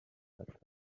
that